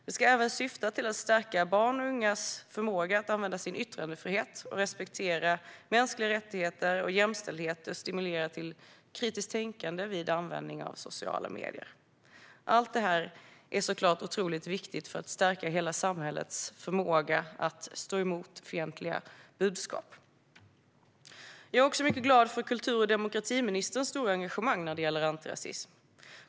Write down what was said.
Det ska även syfta till att stärka barns och ungas förmåga att använda sin yttrandefrihet och respektera mänskliga rättigheter och jämställdhet och stimulera till kritiskt tänkande vid användning av sociala medier. Allt det här är såklart otroligt viktigt för att stärka hela samhällets förmåga att stå emot fientliga budskap. Jag är också mycket glad för kultur och demokratiministerns stora engagemang när det gäller antirasism.